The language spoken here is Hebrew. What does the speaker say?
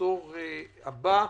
ובעשור הבא,